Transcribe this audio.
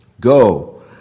Go